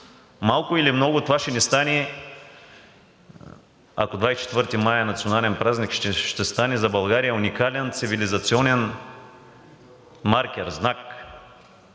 Малко или много, това ще стане – ако 24 май е национален празник, ще стане за България уникален цивилизационен маркер, знак,